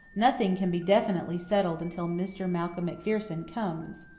nothing can be definitely settled until mr. malcolm macpherson comes.